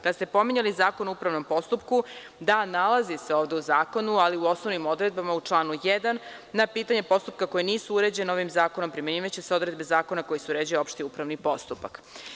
Kada ste pominjali Zakon o upravnom postupku, da, nalazi se ovde u zakonu, ali u osnovnim odredbama u članu 1. na pitanje postupka koji nisu uređeni ovim zakonom primenjivaće se odredbe zakona kojima se uređuje opšti upravni postupak.